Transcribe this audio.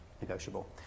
negotiable